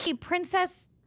Princess